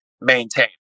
maintain